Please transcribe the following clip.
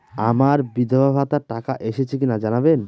আমার বিধবাভাতার টাকা এসেছে কিনা জানাবেন?